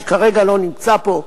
שכרגע לא נמצא פה,